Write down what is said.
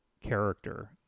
character